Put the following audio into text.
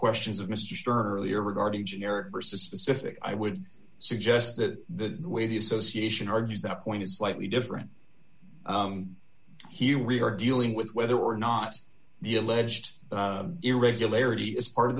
questions of mr stern earlier regarding generic versus specific i would suggest that the way the association argues that point is slightly different here we are dealing with whether or not the alleged irregularity is part of